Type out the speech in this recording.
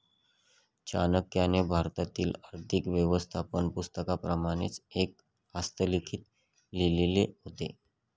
चाणक्याने भारतातील आर्थिक व्यवस्थापन पुस्तकाप्रमाणेच एक हस्तलिखित लिहिले होते